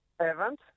event